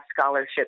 scholarships